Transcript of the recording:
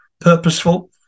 purposeful